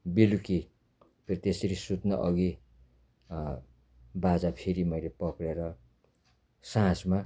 र बेलुकी फेरि त्यसरी सुत्नु अघि बाजा फेरि मैले पक्रिएर साँझमा